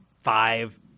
five